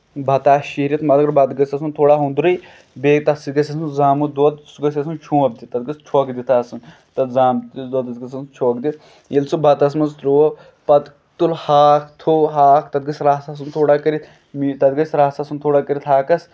بَتہٕ آسہِ شیٖرِتھ مَگر بَتہٕ گژھِ آسُن تھوڑا ہُندرٕے بیٚیہِ تَتھ سۭتۍ گژھِ آسُن زامُت دۄد سُہ گژھِ آسُن چھوٚپ دِتھ تَتھ گوٚژھ چۄکھ دِتھ آسُن تَتھ زام تِس دۄدَس گژھِ آسُن چھوٚکھ دِتھ ییٚلہِ سُہ بَتس منٛز تروو پَتہٕ تُل ہاکھ تھوو ہاکھ تَتھ گژھِ رَس آسُن تھوڑا کٔرِتھ تَتھ گژھِ رَس آسُن کٔرِتھ تھوڑا ہاکَس